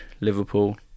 Liverpool